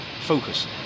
focus